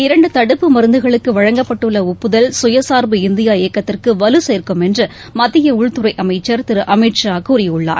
இரண்டு தடுப்பு மருந்துகளுக்கு வழங்கப்பட்டுள்ள ஒப்புதல் கயசார்பு இந்தியா இயக்கத்திற்கு வலு சேர்க்கும் என்று மத்திய உள்துறை அமைச்சர் திரு அமித் ஷா கூறியுள்ளார்